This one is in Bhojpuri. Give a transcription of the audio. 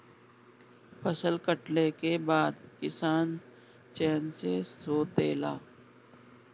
फसल कटले के बाद किसान चैन से सुतेला